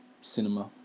cinema